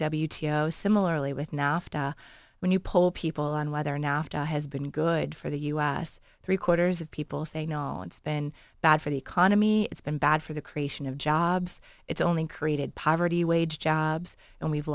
o similarly with nafta when you poll people on whether nafta has been good for the u s three quarters of people say nolens been bad for the economy it's been bad for the creation of jobs it's only created poverty wage jobs and we've